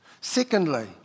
Secondly